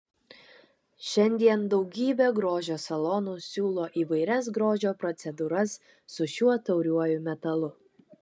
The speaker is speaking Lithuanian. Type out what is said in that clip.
šiandien daugybė grožio salonų siūlo įvairias grožio procedūras su šiuo tauriuoju metalu